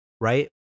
right